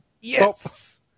Yes